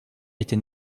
était